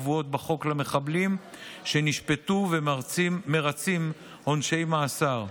הקבועות בחוק למחבלים שנשפטו ומרצים עונשי מאסר.